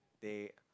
they